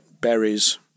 berries